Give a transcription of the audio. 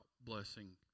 blessing